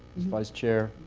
vice chair,